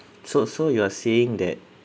so so you are saying that